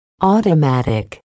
Automatic